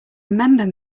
remember